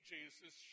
Jesus